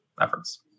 efforts